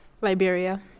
Liberia